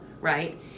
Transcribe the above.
right